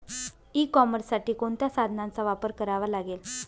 E कॉमर्ससाठी कोणत्या साधनांचा वापर करावा?